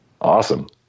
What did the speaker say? awesome